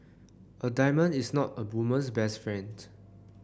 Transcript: a diamond is not a woman's best friend